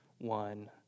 one